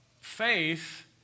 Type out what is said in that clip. faith